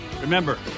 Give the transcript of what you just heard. Remember